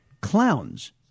clowns